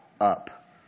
up